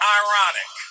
ironic